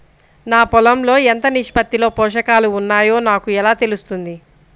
నా పొలం లో ఎంత నిష్పత్తిలో పోషకాలు వున్నాయో నాకు ఎలా తెలుస్తుంది?